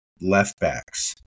left-backs